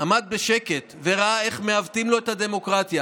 עמד בשקט וראה איך מעוותים לו את הדמוקרטיה